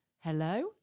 hello